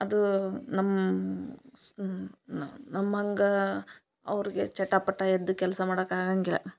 ಅದು ನಮ್ಮ ಸ್ ನಮ್ಮಂಗಾ ಅವರಿಗೆ ಚಟಪಟ ಎದ್ದ್ ಕೆಲಸ ಮಾಡಕ್ಕ ಆಗಂಗಿಲ್ಲ